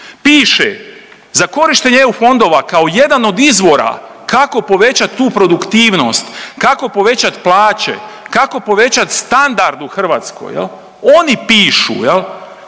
piše: „Za korištenje EU fondova kao jedan od izvora kako povećati tu produktivnost, kako povećati plaće, kako povećati standard u Hrvatskoj?“ Oni pišu,